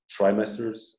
trimesters